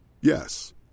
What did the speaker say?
Yes